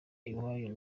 iwayo